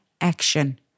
action